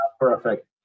Perfect